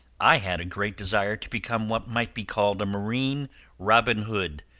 i had a great desire to become what might be called a marine robin hood.